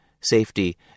safety